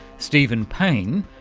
stephen payne,